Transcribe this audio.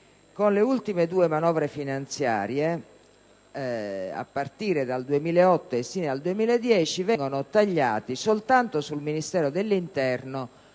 con le ultime due manovre finanziarie, a partire dal 2008 e sino al 2010, vengono tagliati, soltanto sul Ministero dell'interno,